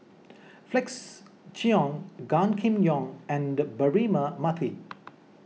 Felix Cheong Gan Kim Yong and Braema Mathi